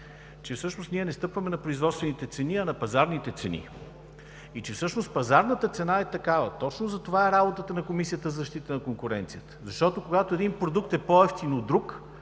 че всъщност ние не стъпваме на производствените цени, а на пазарните цени и, че всъщност пазарната цена е такава. Точно затова е работата на Комисията за защита на конкуренцията. Защото, когато един продукт е по-евтин от друг,